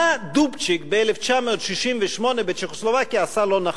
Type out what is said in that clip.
מה דובצ'ק ב-1968 בצ'כוסלובקיה עשה לא נכון?